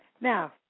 Now